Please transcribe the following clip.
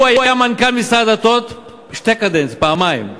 הוא היה מנכ"ל משרד הדתות שתי קדנציות, פעמיים.